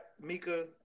Mika